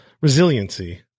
resiliency